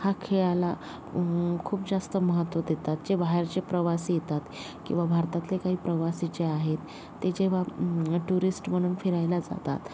हा खेळाला खूप जास्त महत्त्व देतात जे बाहेरचे प्रवासी येतात किंवा भारतातले काही प्रवासी जे आहेत ते जेव्हा टुरिस्ट म्हणून फिरायला जातात